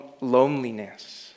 loneliness